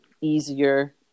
easier